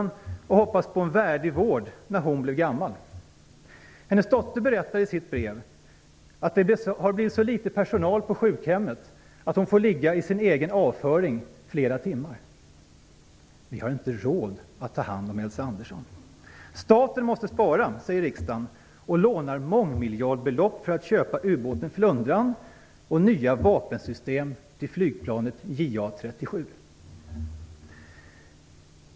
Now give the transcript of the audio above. Hon har hoppats på en värdig vård när hon blir gammal. Hennes dotter berättar i sitt brev att det har blivit så litet personal på sjukhemmet att modern får ligga i sin egen avföring i flera timmar. Vi har inte råd att ta hand om Elsa Andersson. Staten måste spara, säger riksdagen och lånar mångmiljardbelopp för att köpa ubåten Flundran och nya vapensystem till flygplanet JA 37.